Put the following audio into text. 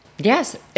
Yes